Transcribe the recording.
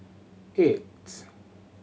eights